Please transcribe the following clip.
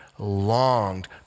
longed